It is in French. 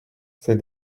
c’est